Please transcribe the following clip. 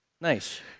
Nice